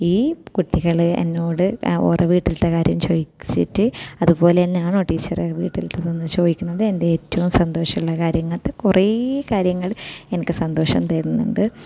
ഈ കുട്ടികൾ എന്നോട് ഓരോ വീട്ടിലത്തെ കാര്യം ചോദിച്ചിട്ട് അതുപോലെ തന്നെ ആണോ ടീച്ചറേ വീട്ടിലേക്ക് എന്ന് ചോദിക്കുന്നത് എൻ്റെ ഏറ്റവും സന്തോഷമുള്ള കാര്യങ്ങൾക്ക് കുറേ കാര്യങ്ങൾ എനിക്ക് സന്തോഷം തരുന്നുണ്ട്